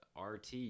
RT